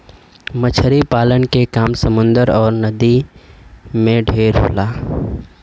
मछरी पालन के काम समुन्दर अउर नदी में ढेर होला